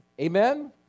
amen